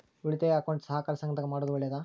ಉಳಿತಾಯ ಅಕೌಂಟ್ ಸಹಕಾರ ಸಂಘದಾಗ ಮಾಡೋದು ಒಳ್ಳೇದಾ?